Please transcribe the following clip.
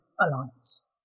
alliance